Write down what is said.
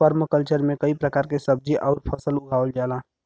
permaculture में कई प्रकार के सब्जी आउर फसल उगावल जाला